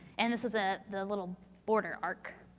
and this is a the little border arc.